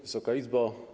Wysoka Izbo!